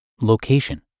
location